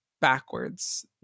backwards